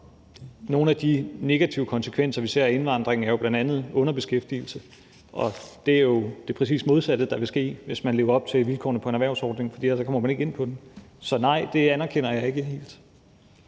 Nogle af de negative konsekvenser, vi ser, af indvandring, er bl.a. underbeskæftigelse, og det er jo det præcis modsatte, der vil ske, hvis man lever op til vilkårene i en erhvervsordning, fordi man ellers ikke kommer ind på den. Så nej, det anerkender jeg ikke helt.